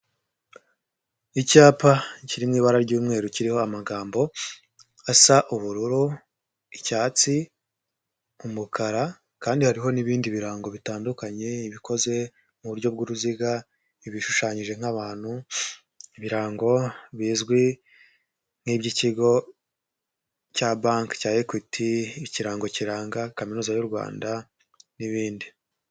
Icyapa kiri mu ibara ry'umweru kiriho amagambo asa ubururu, icyatsi, umukara kandi hariho n'ibindi birango bitandukanye ibikoze mu uburyo bw'uruziga, ibishushanyije nk'abantu, ibirango bizwi nk'iby'ikigo cya bank cya Equity, ikirango kiranga kaminuza y'u Rwanda n'ibindi.